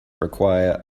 require